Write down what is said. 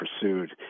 pursued